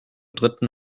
dritten